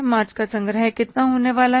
मार्च का संग्रह कितना होने वाला है